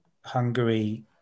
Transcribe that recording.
Hungary